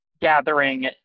gathering